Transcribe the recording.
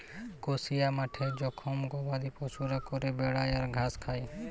কসিয়া মাঠে জখল গবাদি পশুরা চরে বেড়ায় আর ঘাস খায়